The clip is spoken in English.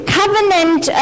covenant